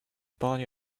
body